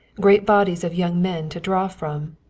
great bodies of young men to draw from.